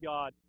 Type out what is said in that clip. God